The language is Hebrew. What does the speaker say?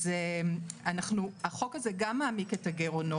אז החוק הזה גם מעמיק את הגירעונות,